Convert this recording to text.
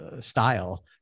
style